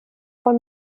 von